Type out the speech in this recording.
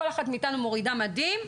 כל אחת מאיתנו מורידה מדים,